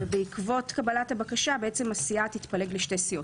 בעקבות קבלת הבקשה, הסיעה תתפלג לשתי סיעות.